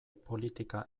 politika